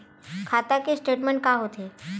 खाता के स्टेटमेंट का होथे?